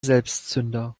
selbstzünder